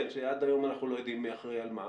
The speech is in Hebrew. שעד היום אנחנו לא יודעים מי אחראי על מה,